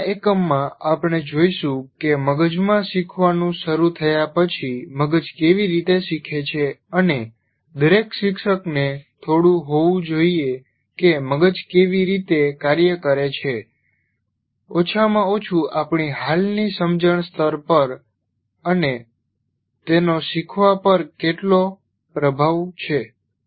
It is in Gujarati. આગળના એકમમાં આપણે જોઈશું કે મગજમાં શીખવાનું શરુ થયા પછી મગજ કેવી રીતે શીખે છે અને દરેક શિક્ષકને થોડું હોવું જોઈએ કે મગજ કેવી રીતે કાર્ય કરે છે ઓછામાં ઓછું આપણી હાલની સમજણ સ્તર પર અને તેનો શીખવા પર કેટલો પ્રભાવ છે